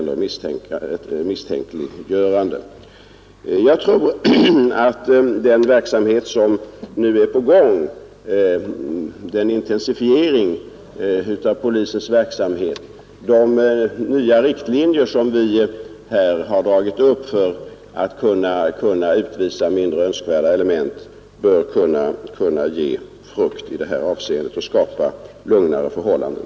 Den intensifiering av polisens verksamhet som nu pågår och de nya riktlinjer som vi dragit upp för kontroll av mindre önskvärda element bör kunna ge frukt och skapa lugnare förhållanden.